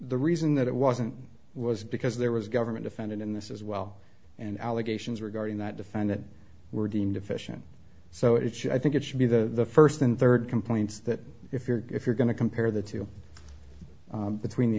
the reason that it wasn't was because there was government offended in this as well and allegations regarding that define that were deemed deficient so it should i think it should be the first and third complaints that if you're if you're going to compare the two between the